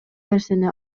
нерсени